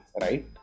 right